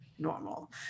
normal